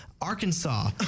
Arkansas